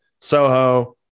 Soho